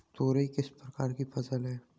तोरई किस प्रकार की फसल है?